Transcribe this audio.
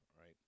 right